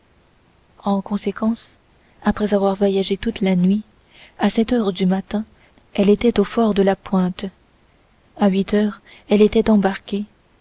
en conséquence après avoir voyagé toute la nuit à sept heures du matin elle était au fort de la pointe à huit heures elle était embarquée